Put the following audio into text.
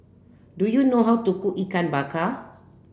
do you know how to cook Ikan Bakar